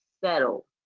settle